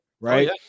Right